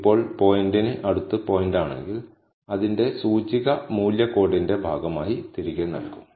ഇപ്പോൾ പോയിന്ററിന് അടുത്ത് പോയിന്റ് ആണെങ്കിൽ അതിന്റെ സൂചിക മൂല്യ കോഡിന്റെ ഭാഗമായി തിരികെ നൽകും